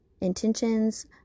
intentions